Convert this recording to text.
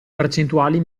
percentuali